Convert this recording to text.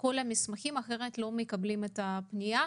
כל המסמכים אחרת לא מקבלים את הפניה,